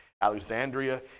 Alexandria